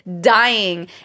dying